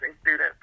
students